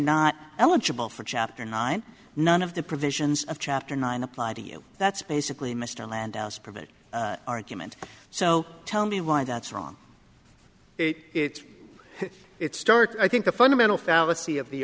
not eligible for chapter nine none of the provisions of chapter nine apply to you that's basically mr landau's private argument so tell me why that's wrong it it it's stark i think the fundamental fallacy of the